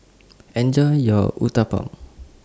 Enjoy your Uthapam